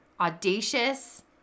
audacious